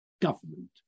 government